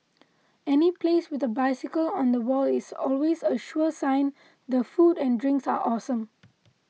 any place with a bicycle on the wall is always a sure sign the food and drinks are awesome